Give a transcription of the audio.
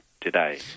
today